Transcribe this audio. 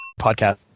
...podcast